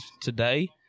today